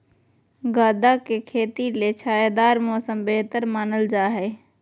गदा के खेती ले छायादार मौसम बेहतर मानल जा हय